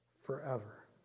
forever